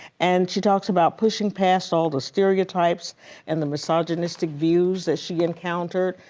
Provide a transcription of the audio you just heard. and she talks about pushing past all the stereotypes and the misogynistic views that she encountered.